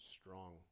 strong